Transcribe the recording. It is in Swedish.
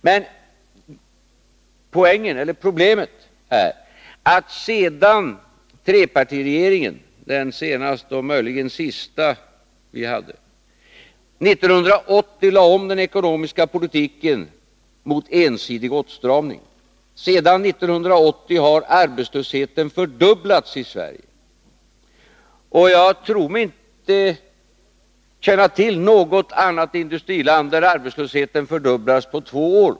Men poängen, eller problemet, är att sedan trepartiregeringen, den senaste och möjligen den sista vi haft, år 1980 lade om den ekonomiska politiken mot ensidig åtstramning har arbetslösheten fördubblats i Sverige. Jag tror mig inte känna till något annat industriland där arbetslösheten fördubblats på två år.